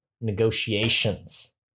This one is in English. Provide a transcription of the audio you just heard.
negotiations